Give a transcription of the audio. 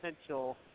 potential